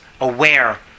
aware